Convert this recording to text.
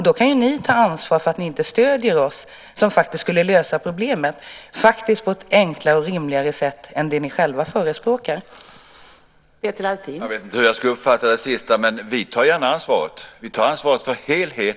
Då kan ju ni ta ansvar för att ni inte stöder våra förslag som skulle lösa problemen på ett enklare och rimligare sätt än vad det ni själva förespråkar skulle göra.